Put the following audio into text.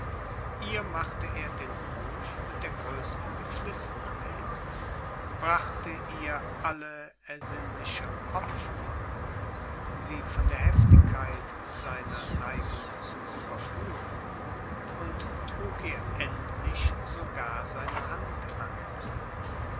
ihr machte er den hof mit der größten geflissenheit brachte ihr alle ersinnliche opfer sie von der heftigkeit seiner neigung zu überführen und trug ihr endlich sogar seine hand an